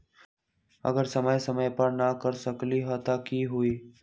अगर समय समय पर न कर सकील त कि हुई?